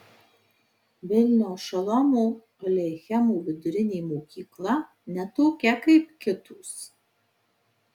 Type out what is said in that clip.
vilniaus šolomo aleichemo vidurinė mokykla ne tokia kaip kitos